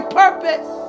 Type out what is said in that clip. purpose